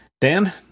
dan